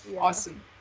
awesome